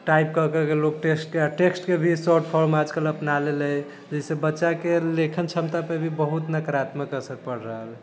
type कऽ के लोक टेक्स्टके आओर टेक्स्टके भी शॉर्ट फोर्म आजकल अपना लेले है जैसे बच्चाके लेखन क्षमतापर भी बहुत नकारात्मक असरपर रहल है